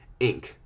Inc